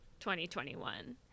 2021